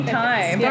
time